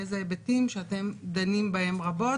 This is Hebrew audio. בהיבטים שאתם דנים בהם רבות: